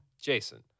Jason